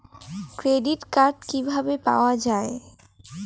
Credit card কিভাবে পাওয়া য়ায়?